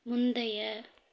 முந்தைய